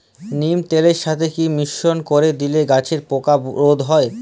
নিম তেলের সাথে কি মিশ্রণ করে দিলে গাছের পোকা রোধ হবে?